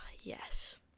yes